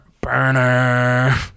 Burner